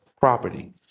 property